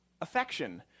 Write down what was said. affection